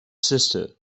sister